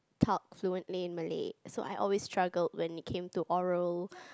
talk fluently in Malay so I always struggled when it came to Oral